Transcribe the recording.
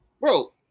bro